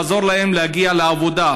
גם צריך לעזור להם להגיע לעבודה.